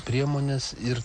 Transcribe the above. priemones ir